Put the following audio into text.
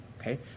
Okay